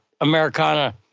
Americana